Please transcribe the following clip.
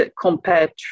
compared